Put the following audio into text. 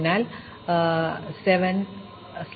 അതിനാൽ 7 ആണ് സമയം കാണുക 0356